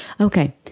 Okay